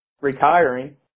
retiring